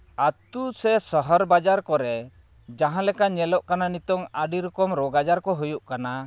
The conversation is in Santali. ᱟᱹᱛᱩ ᱥᱮ ᱥᱚᱦᱚᱨ ᱵᱟᱡᱟᱨ ᱠᱚᱨᱮ ᱡᱟᱦᱟᱸᱞᱮᱠᱟ ᱧᱮᱞᱚᱜ ᱠᱟᱱᱟ ᱱᱤᱛᱚᱜ ᱟᱹᱰᱤ ᱨᱚᱠᱚᱢ ᱨᱳᱜᱽ ᱟᱡᱟᱨ ᱠᱚ ᱦᱩᱭᱩᱜ ᱠᱟᱱᱟ